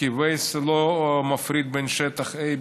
כי Waze לא מפריד בין שטח A,